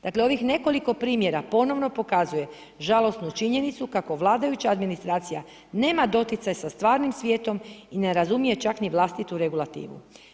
Dakle, ovih nekoliko primjera ponovno pokazuje žalosnu činjenicu kako vladajuća administracija nema doticaj sa stvarnim svijetom i ne razumije čak niti vlastitu regulativu.